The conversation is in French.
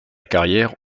carrière